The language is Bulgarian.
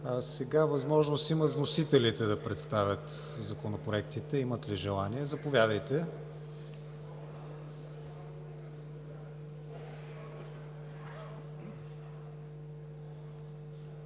Сега възможност имат вносителите да представят законопроектите. Имат ли желание? Заповядайте!